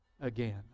again